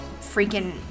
freaking